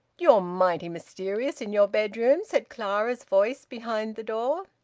you're mighty mysterious in your bedroom, said clara's voice behind the door.